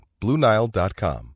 BlueNile.com